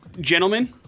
Gentlemen